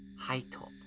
Hightop